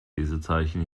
lesezeichen